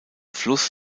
fluss